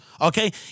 okay